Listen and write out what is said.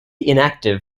inactive